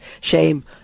Shame